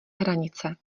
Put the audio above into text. hranice